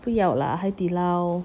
不要啦海底捞